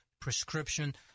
prescription